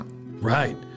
Right